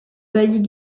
bailli